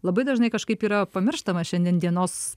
labai dažnai kažkaip yra pamirštamas šiandien dienos